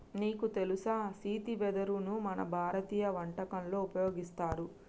నీకు తెలుసా సీతి వెదరును మన భారతీయ వంటకంలో ఉపయోగిస్తారు